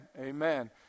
amen